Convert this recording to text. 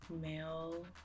male